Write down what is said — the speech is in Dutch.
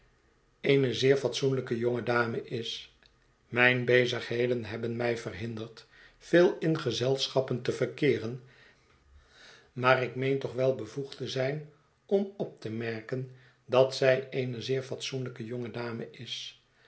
eene zeer fatsoenlijke jonge dame is mijne bezigheden hebben mij verhinderd veel in gezelschappen te verkeeren maar ik meen toch w el bevoegd te zijn om op te merken dat zij eene zeer fatsoenlijke jonge dame is